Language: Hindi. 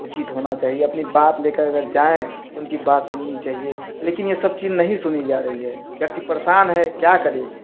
उचित होना चाहिए अपनी बात लेकर अगर जाएँ उनकी बात सुननी चाहिए लेकिन ये सब चीज नहीं सुनी जा रही है व्यक्ति परेशान है क्या करे